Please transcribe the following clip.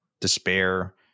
despair